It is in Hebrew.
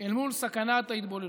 אל מול סכנת ההתבוללות.